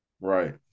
Right